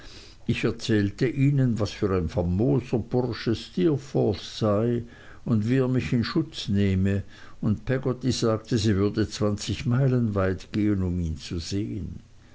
ich erzählte ihnen was für ein famoser bursche steerforth sei und wie er mich in schutz nehme und peggotty sagte sie würde zwanzig meilen weit gehen um ihn zu sehen